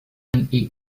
and